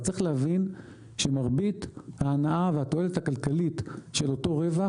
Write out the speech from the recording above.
אז צריך להבין שמרבית ההנאה והתועלת הכלכלית של אותו רווח